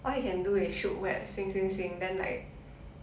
what he can is shoot web swing swing swing then like